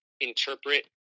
interpret